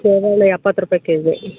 ಸೇಬು ಹಣ್ಣು ಎಪ್ಪತ್ತು ರೂಪಾಯ್ ಕೆಜಿ